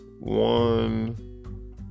One